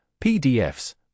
PDFs